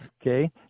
Okay